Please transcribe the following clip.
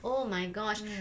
oh my gosh